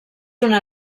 una